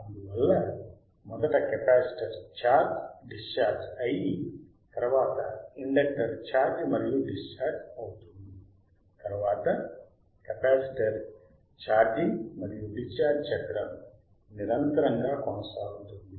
అందువల్ల మొదట capacitor charge discharge అయి తరువాత ఇండక్టర్ ఛార్జ్ మరియు డిశ్చార్జ్ అవుతుంది తరువాత కెపాసిటర్ ఛార్జింగ్ మరియు డిశ్చార్జ్ చక్రం నిరంతరంగా కొనసాగుతుంది